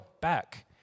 back